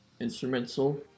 instrumental